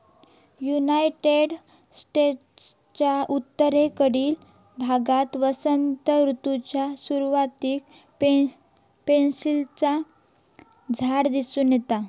United स्टेट्सच्या उत्तरेकडील भागात वसंत ऋतूच्या सुरुवातीक पॅन्सीचा झाड दिसून येता